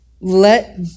let